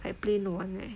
like plane won't leh